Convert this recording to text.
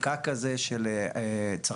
פקק כזה של צרכנים,